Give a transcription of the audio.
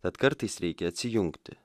tad kartais reikia atsijungti